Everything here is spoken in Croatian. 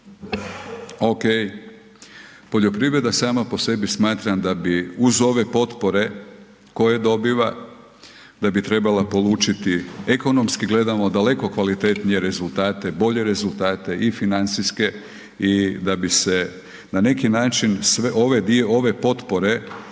ok, poljoprivreda sama po sebi smatram da bi uz ove potpore koje dobiva, a bi trebala polučiti ekonomski gledano daleko kvalitetnije rezultate, bolje rezultate i financijske i da bi se na neki način sve ove potpore